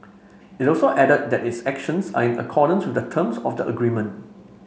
it also added that its actions are in accordance the terms of the agreement